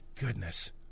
goodness